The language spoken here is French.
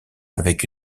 avec